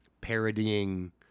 parodying